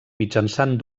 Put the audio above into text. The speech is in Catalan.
mitjançant